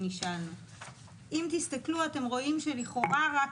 אתם רואים שלכאורה רק,